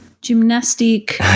gymnastic